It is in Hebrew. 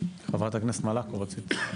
חברת הכנסת מלקו, רצית.